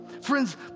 Friends